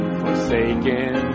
forsaken